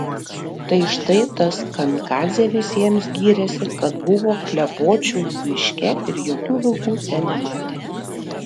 tai štai tas kamikadzė visiems gyrėsi kad buvo klepočių miške ir jokių vilkų ten nematė